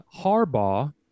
Harbaugh